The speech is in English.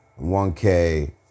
1K